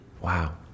wow